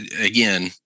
again